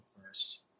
first